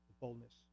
boldness